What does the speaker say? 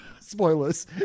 spoilers